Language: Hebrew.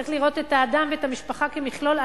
צריך לראות את האדם ואת המשפחה כמכלול,